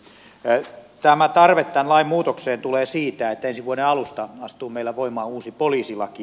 tarve tämän lain muutokseen tulee siitä että ensi vuoden alusta astuu meillä voimaan uusi poliisilaki